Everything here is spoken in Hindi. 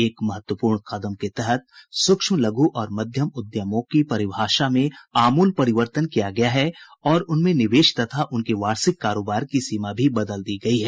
एक महत्वपूर्ण कदम के तहत सूक्ष्म लघु और मध्यम उद्यमों की परिभाषा में आमूल परिवर्तन किया गया है और उनमें निवेश तथा उनके वार्षिक कारोबार की सीमा भी बदल दी गई है